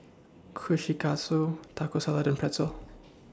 Kushikatsu Taco Salad and Pretzel